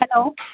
hello